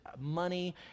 money